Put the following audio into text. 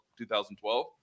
2012